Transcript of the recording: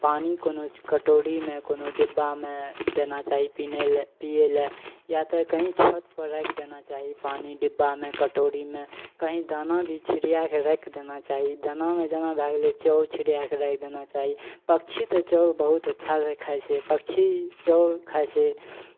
पानि कोनो कटोरीमे कोनो डिब्बामे देना चाही पीनाय लए पियै लए या तऽ कहीँ छतपर राखि देना चाही पानि डिब्बामे कटोरीमे कहीँ दाना भी छिड़िया कऽ राखि देना चाही दानामे जेना भए गेलै चाउर छिड़िया कऽ राखि देना चाही पक्षी तऽ चाउर बहुत अच्छासँ खाइ छै पक्षी चाउर खाइ छै